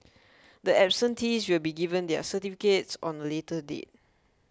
the absentees will be given their certificates on a later date